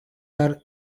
are